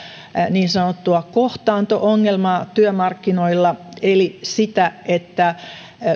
niin sanottua kohtaanto ongelmaa työmarkkinoilla eli sitä että